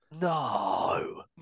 No